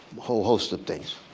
whole host of things,